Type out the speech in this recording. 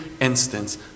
instance